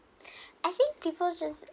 I think people just